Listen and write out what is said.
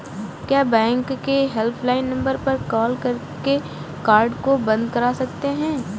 क्या बैंक के helpline number पर कॉल करके कार्ड को बंद करा सकते हैं?